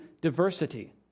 diversity